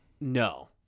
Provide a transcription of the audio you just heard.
no